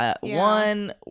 One